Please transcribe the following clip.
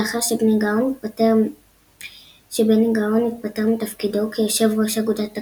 לאחר שבני גאון התפטר מתפקידו כיושב ראש אגודת הקו-אופ,